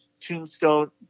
Tombstone